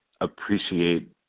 appreciate